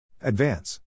Advance